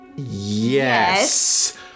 Yes